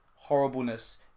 Horribleness